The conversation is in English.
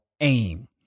aim